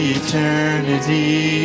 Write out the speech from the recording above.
eternity